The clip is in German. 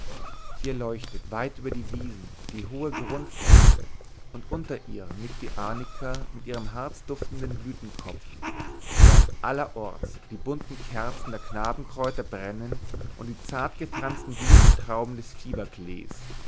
hier leuchtet weit über die wiesen die hohe grundfeste und unter ihr nickt die arnika mit ihrem harzduftenden blütenkopf während allerorts die bunten kerzen der knabenkräuter brennen und die zartgefransten blütentrauben des